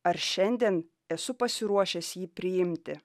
ar šiandien esu pasiruošęs jį priimti